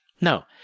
No